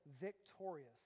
victorious